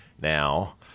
now